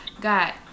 got